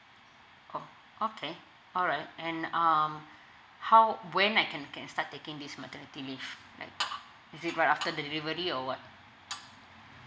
orh okay alright and um how when I can can start taking this maternity leave like is it right after delivery or what